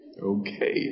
Okay